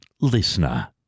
listener